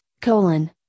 colon